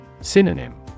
Synonym